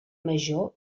major